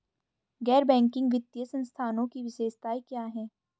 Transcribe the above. गैर बैंकिंग वित्तीय संस्थानों की विशेषताएं क्या हैं?